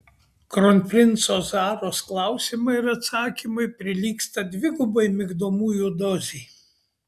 kronprinco zaros klausimai ir atsakymai prilygsta dvigubai migdomųjų dozei